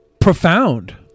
profound